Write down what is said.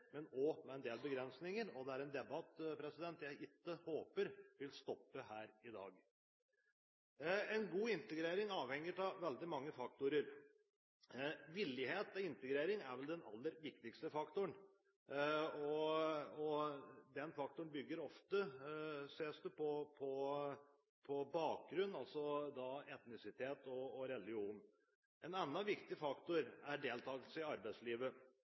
men også med en del begrensninger. Det er en debatt jeg håper ikke vil stoppe her i dag. God integrering avhenger av veldig mange faktorer. Vilje til integrering er vel den aller viktigste faktoren, og den faktoren bygger ofte på – sies det – bakgrunnen, etnisitet og religion. En annen viktig faktor er deltakelse i arbeidslivet.